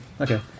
Okay